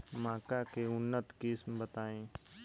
मक्का के उन्नत किस्म बताई?